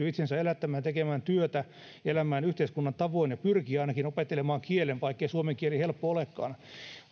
itsensä elättämään tekemään työtä elämään yhteiskunnan tavoin ja pyrkii ainakin opettelemaan kielen vaikkei suomen kieli helppo olekaan